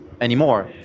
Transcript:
anymore